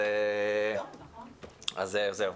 אז זהו,